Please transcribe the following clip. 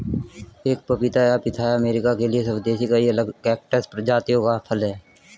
एक पपीता या पिथाया अमेरिका के लिए स्वदेशी कई अलग कैक्टस प्रजातियों का फल है